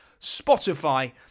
Spotify